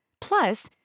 Plus